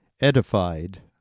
edified